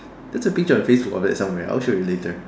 there's a picture on Facebook about that I'll show you later